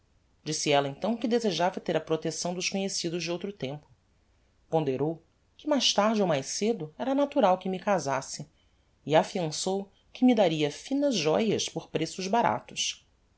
disse ella então que desejava ter a protecção dos conhecidos de outro tempo ponderou que mais tarde ou mais cedo era natural que me casasse e afiançou que me daria finas joias por preços baratos